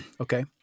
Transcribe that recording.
Okay